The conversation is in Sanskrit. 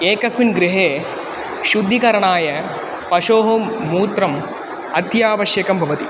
एकस्मिन् गृहे शुद्धिकरणाय पशोः मूत्रम् अत्यावश्यकं भवति